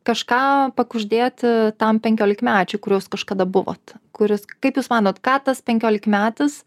kažką pakuždėti tam penkiolikmečiui kuriuo jūs kažkada buvot kuris kaip jūs manot ką tas penkiolikmetis